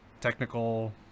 technical